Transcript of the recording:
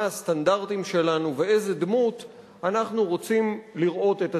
מה הסטנדרטים שלנו ובאיזו דמות אנחנו רוצים לראות את עצמנו.